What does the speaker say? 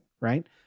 right